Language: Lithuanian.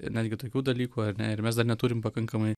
netgi tokių dalykų ar ne ir mes dar neturim pakankamai